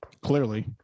clearly